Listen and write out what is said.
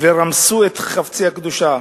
ורמסו את חפצי הקדושה.